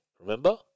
Remember